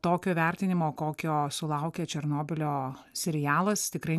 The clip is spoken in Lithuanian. tokio vertinimo kokio sulaukė černobylio serialas tikrai